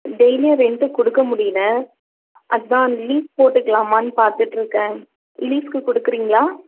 daily rent கொடுக்க முடியல அதான் லீஸ் போட்டுக்கலாமான்னு பார்த்துட்டு இருக்கேன் லீஸுக்கு கொடுக்குறீங்களா